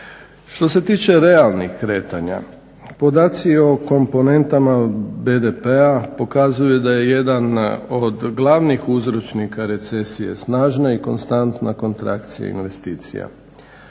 Što se tiče realnih kretanja, podaci o komponentama BDP-a pokazuju da je jedan od glavnih uzročnika recesija snažna i konstantna kontrakcija investicija.